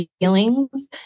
feelings